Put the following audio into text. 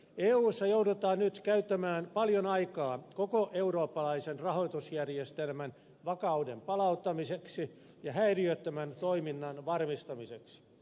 eussa joudutaan nyt käyttämään paljon aikaa koko eurooppalaisen rahoitusjärjestelmän vakauden palauttamiseksi ja häiriöttömän toiminnan varmistamiseksi